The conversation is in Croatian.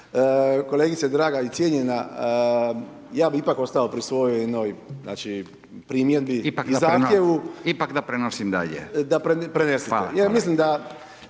Kolegice draga i cijenjena, ja bih ipak ostao pri svojoj primjedbi i zahtjevu…/Upadica: Ipak da prenosim dalje/… Prenesite…/Upadica: